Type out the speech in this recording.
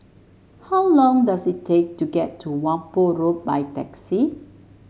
how long does it take to get to Whampoa Road by taxi